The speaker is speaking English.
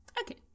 Okay